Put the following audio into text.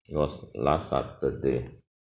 it was last saturday